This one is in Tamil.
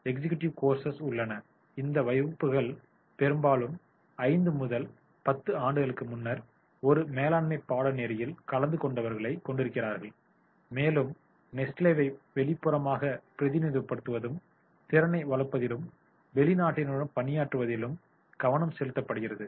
இக்ஜேக்யடிவ் கோர்ஸ உள்ளன இந்த வகுப்புகள் பெரும்பாலும் 5 முதல் 10 ஆண்டுகளுக்கு முன்னர் ஒரு மேலாண்மை பாடநெறியில் கலந்து கொண்டவர்களைக் கொண்டிருக்கின்றன மேலும் நெஸ்லேவை வெளிப்புறமாக பிரதிநிதித்துவப்படுத்தும் திறனை வளர்ப்பதிலும் வெளிநாட்டினருடன் பணியாற்றுவதிலும் கவனம் செலுத்தப்படுகிறது